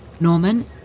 Norman